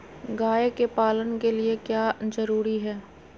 गाय के पालन के लिए क्या जरूरी है?